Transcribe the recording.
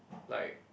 like